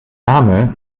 name